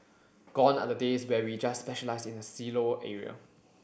gone are the days where we just specialise in the silo area